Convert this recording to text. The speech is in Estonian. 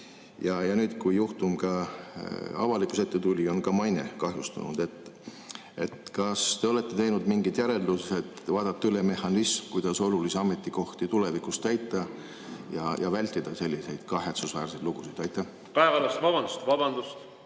Ja nüüd, kui juhtum ka avalikkuse ette tuli, on maine kahjustunud. Kas te olete teinud mingid järeldused, et vaadata üle mehhanism, kuidas olulisi ametikohti tulevikus täita ja vältida selliseid kahetsusväärseid lugusid? Kaja Kallas, palun!